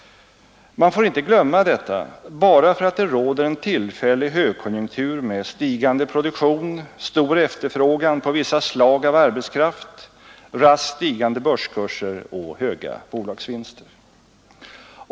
Man får inte glömma detta bara för att det råder en tillfällig högkonjunktur med stigande produktion, stor efterfrågan på vissa slag av arbetskraft, raskt stigande börskurser och höga bolagsvinster.